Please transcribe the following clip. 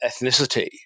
ethnicity